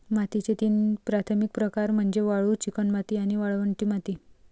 मातीचे तीन प्राथमिक प्रकार म्हणजे वाळू, चिकणमाती आणि वाळवंटी माती